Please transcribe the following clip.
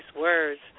words